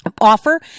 offer